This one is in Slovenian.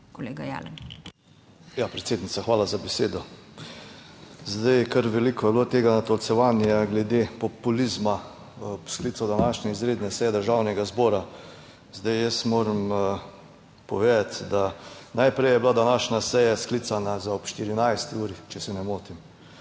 (PS SDS): Ja, predsednica, hvala za besedo. Zdaj, kar veliko je bilo tega natolcevanja glede populizma ob sklicu današnje izredne seje Državnega zbora. Zdaj, jaz moram povedati, da najprej je bila današnja seja sklicana za ob 14. uri, če se ne motim.